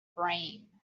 brain